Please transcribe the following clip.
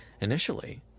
initially